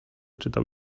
czytał